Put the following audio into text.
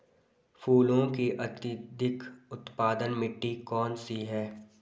फूलों की अत्यधिक उत्पादन मिट्टी कौन सी है?